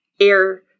air